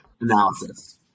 analysis